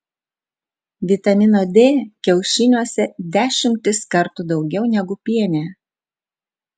vitamino d kiaušiniuose dešimtis kartų daugiau negu piene